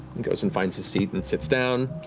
he goes and finds his seat and sits down.